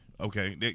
Okay